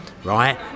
Right